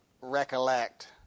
recollect